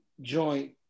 joint